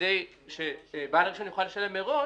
וכדי שבעל הרישיון יוכל לשלם מראש,